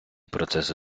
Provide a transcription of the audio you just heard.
процеси